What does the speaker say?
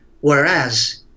whereas